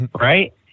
Right